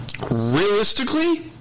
Realistically